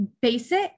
basic